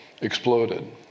exploded